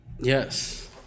yes